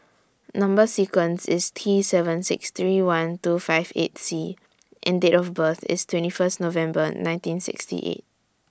Number sequence IS T seven six three one two five eight C and Date of birth IS twenty First November nineteen sixty eight